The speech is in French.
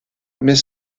mais